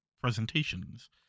presentations